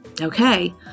Okay